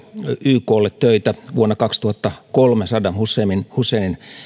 yklle töitä vuonna kaksituhattakolme saddam husseinin